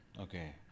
Okay